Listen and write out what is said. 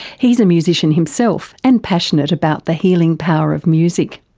he's a musician himself and passionate about the healing power of music.